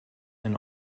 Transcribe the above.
and